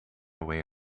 way